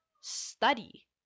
study